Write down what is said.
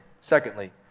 Secondly